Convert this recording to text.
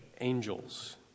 angels